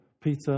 Peter